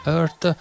Earth